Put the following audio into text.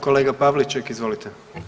Kolega Pavliček, izvolite.